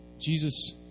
Jesus